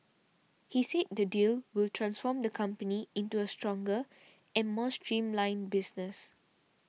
he said the deal will transform the company into a stronger and more streamlined business